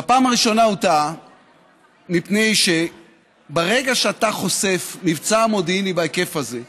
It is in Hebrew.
בפעם הראשונה הוא טעה מפני שברגע שאתה חושף מבצע מודיעיני בהיקף כזה,